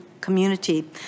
community